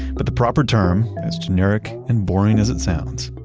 but the proper term, as generic and boring as it sounds,